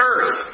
earth